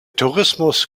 tourismus